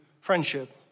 friendship